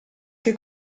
che